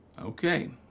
Okay